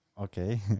okay